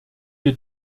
wir